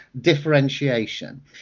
differentiation